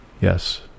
Yes